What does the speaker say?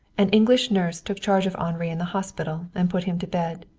an english nurse took charge of henri in the hospital, and put him to bed.